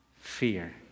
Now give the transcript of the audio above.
fear